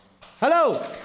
Hello